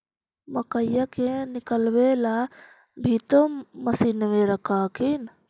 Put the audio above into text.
मकईया के निकलबे ला भी तो मसिनबे रख हखिन?